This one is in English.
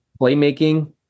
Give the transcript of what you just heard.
playmaking